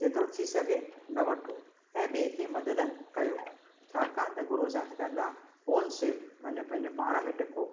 जेतिरो थी सघे न वठो ऐं ॿिए खे मदद करियो छाकाणि त गुरु असांखे चवंदो आहे ओन सेव माने पंहिंजे पाण में टिको